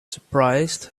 surprised